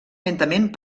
lentament